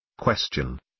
Question